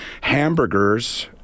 hamburgers